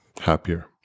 Happier